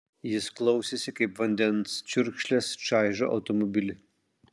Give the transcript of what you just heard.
jis klausėsi kaip vandens čiurkšlės čaižo automobilį